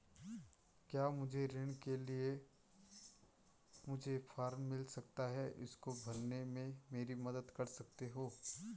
क्या मुझे ऋण के लिए मुझे फार्म मिल सकता है इसको भरने में मेरी मदद कर सकते हो?